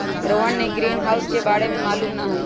रोहन के ग्रीनहाउस के बारे में मालूम न हई